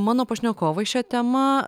mano pašnekovai šia tema